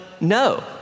no